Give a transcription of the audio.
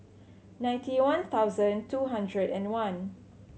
ninety one thousand two hundred and one